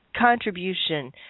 contribution